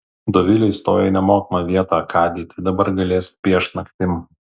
dovilė įstojo į nemokamą vietą akadėj tai dabar galės piešt naktim